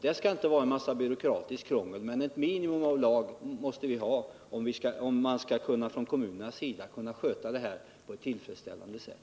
Det skall inte införas en mängd byråkratiskt krångel, men ett minimum av lagreglering måste vi ha, om kommunerna skall kunna sköta denna uppgift på ett tillfredsställande sätt.